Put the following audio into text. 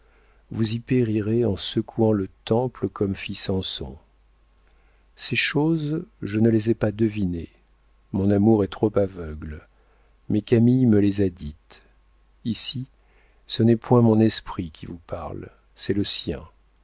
vous y périrez en secouant le temple comme fit samson ces choses je ne les ai pas devinées mon amour est trop aveugle mais camille me les a dites ici ce n'est point mon esprit qui vous parle c'est le sien